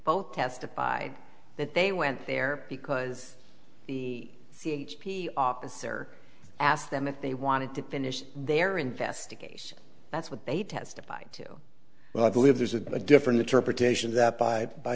both testified that they went there because the c h p officer asked them if they wanted to finish their investigation that's what they testified to but i believe there's a different interpretation that by by